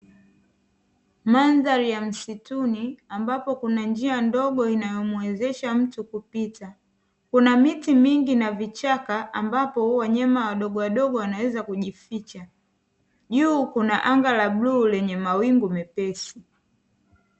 Mandhari ya misituni ambapo kuna njia ndogo inayomwezesha mtu kupita, kuna miti mingi na vichaka ambapo wanyama wadogo wadogo wanaweza kujificha, juu kuna anga la bluu lenye mawingu mepesi.